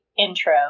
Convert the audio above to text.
intro